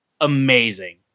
amazing